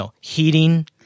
heating